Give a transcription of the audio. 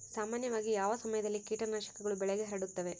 ಸಾಮಾನ್ಯವಾಗಿ ಯಾವ ಸಮಯದಲ್ಲಿ ಕೇಟನಾಶಕಗಳು ಬೆಳೆಗೆ ಹರಡುತ್ತವೆ?